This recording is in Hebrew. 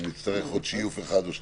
אם נצטרך עוד שיוף אחד או שניים.